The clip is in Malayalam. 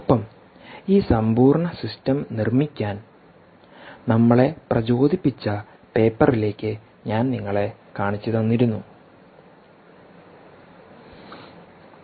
ഒപ്പം ഈ സമ്പൂർണ്ണ സിസ്റ്റം നിർമ്മിക്കാൻ നമ്മളെ പ്രചോദിപ്പിച്ച പേപ്പറിലേക്ക് ഞാൻ നിങ്ങളെ കാണിച്ചു തന്നിരിന്നു